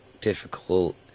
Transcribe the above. difficult